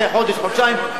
אחרי חודש-חודשיים,